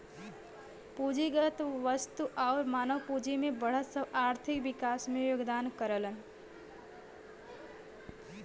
पूंजीगत वस्तु आउर मानव पूंजी में बढ़त सब आर्थिक विकास में योगदान करलन